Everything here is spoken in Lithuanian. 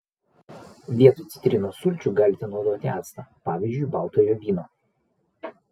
vietoj citrinų sulčių galite naudoti actą pavyzdžiui baltojo vyno